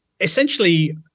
Essentially